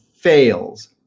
fails